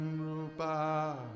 Rupa